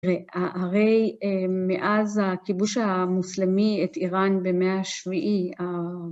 הרי מאז הכיבוש המוסלמי, את איראן במאה ה-7,